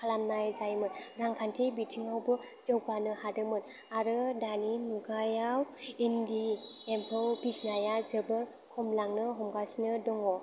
खालामनाय जायोमोन रांखान्थि बिथिङावबो जौगानो हादोंमोन आरो दानि मुगायाव इन्दि एम्फौ फिसिनाया जोबोद खमलांनो हमगासिनो दङ